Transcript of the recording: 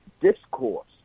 discourse